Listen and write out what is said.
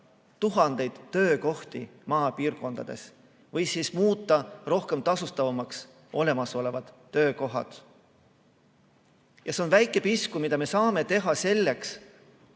tuhandeid töökohti maapiirkondades või muuta rohkem tasustatavaks olemasolevad töökohad. See on väike pisku, mida me saame teha selleks,